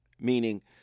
meaning